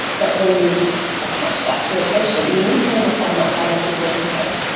that when you attach that to a patient you need to understand that biological interface,